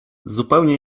zupełnie